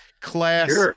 class